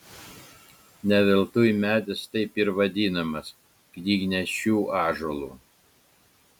ne veltui medis taip ir vadinamas knygnešių ąžuolu